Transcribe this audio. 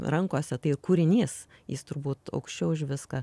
rankose tai kūrinys jis turbūt aukščiau už viską